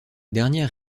dernière